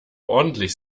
ordentlich